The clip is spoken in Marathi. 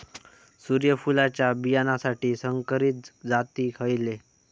सूर्यफुलाच्या बियानासाठी संकरित जाती खयले?